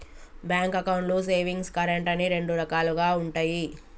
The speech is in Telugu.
బ్యాంక్ అకౌంట్లు సేవింగ్స్, కరెంట్ అని రెండు రకాలుగా ఉంటయి